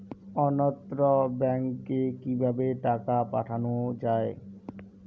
অন্যত্র ব্যংকে কিভাবে টাকা পাঠানো য়ায়?